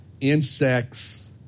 Insects